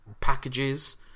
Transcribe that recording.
packages